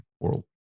world